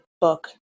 book